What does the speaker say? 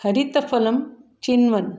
हरितफलं चिन्वन्